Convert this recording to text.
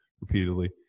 repeatedly